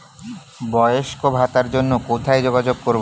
বয়স্ক ভাতার জন্য কোথায় যোগাযোগ করব?